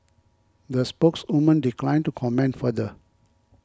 the spokeswoman declined to comment further